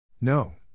No